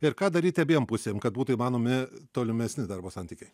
ir ką daryti abiem pusėm kad būtų įmanomi tolimesni darbo santykiai